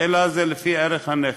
אלא זה לפי ערך הנכס.